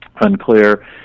unclear